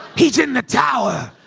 he's in the tower!